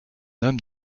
homme